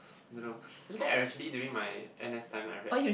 don't know actually I actually during my N_S time I read